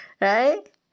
right